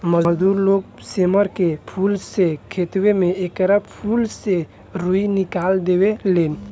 मजदूर लोग सेमर के फूल से खेतवे में एकरा फूल से रूई निकाल देवे लेन